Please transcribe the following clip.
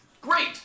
great